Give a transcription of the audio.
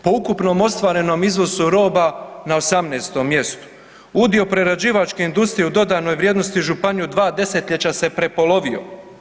Po ukupnom ostvarenom izvozu roba na 18. mjestu, udio prerađivačke industrije u dodanoj vrijednosti u županiji u dva desetljeća se prepolovio.